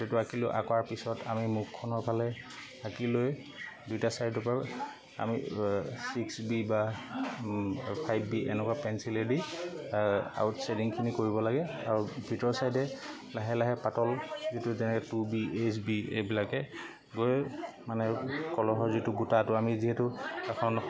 সেইটো আঁকিলোঁ আঁকাৰ পিছত আমি মুখনৰফালে আঁকি লৈ দুয়োটা ছাইডৰপৰাও আমি ছিক্স বি বা ফাইভ বি এনেকুৱা পেঞ্চিলে দি আউট ছেডিংখিনি কৰিব লাগে আৰু ভিতৰ চাইদে লাহে লাহে পাতল যিটো যেনেকৈ টু বি এইচ বি এইবিলাকে গৈ মানে কলহৰ যিটো গোটাটো আমি যিহেতু এখন